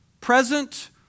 present